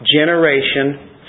generation